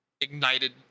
ignited